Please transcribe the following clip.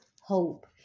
hope